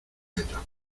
meta